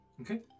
Okay